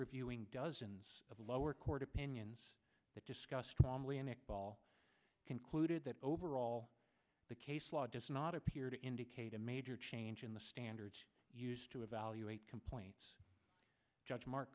reviewing dozens of lower court opinions that discuss strongly in a ball concluded that overall the case law does not appear to indicate a major change in the standards used to evaluate complaints judge mar